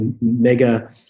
mega